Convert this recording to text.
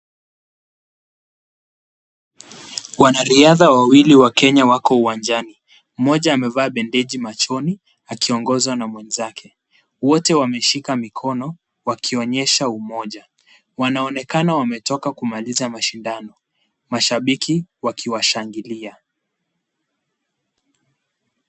Wanariadha wawili wa Kenya wako uwanjani. Mmoja amevaa bendeji machoni akiongozwa na mwenzake. Wote wameshika mikono wakionyesha umoja. Wanaonekana wametoka kumaliza mashindano mashabiki wakiwashangilia.